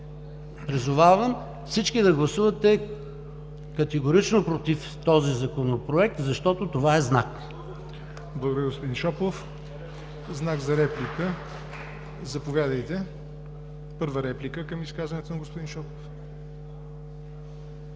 призовавам всички да гласувате категорично против този Законопроект, защото това е знак. ПРЕДСЕДАТЕЛ ЯВОР НОТЕВ: Благодаря, господин Шопов. Знак за реплика? Заповядайте – първа реплика към изказването на господин Шопов.